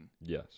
Yes